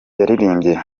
yaririmbye